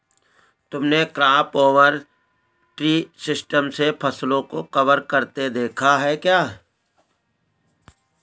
तुमने crop over tree system से फसलों को कवर करते देखा है क्या?